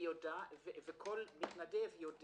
וכל מתנדב יודע